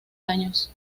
años